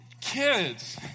kids